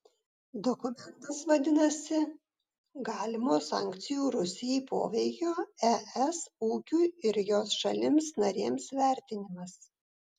dokumentas vadinasi galimo sankcijų rusijai poveikio es ūkiui ir jos šalims narėms vertinimas